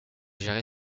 géré